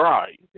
Right